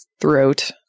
throat